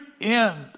end